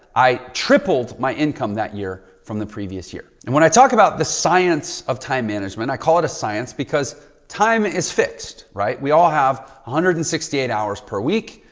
i tripled my income that year from the previous year and when i talk about the science of time management, i call it a science because time is fixed, right? we all have one hundred and sixty eight hours per week.